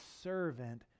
servant